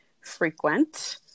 frequent